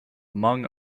among